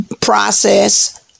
process